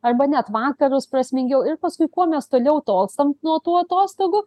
arba net vakarus prasmingiau ir paskui kuo mes toliau tolstam nuo tų atostogų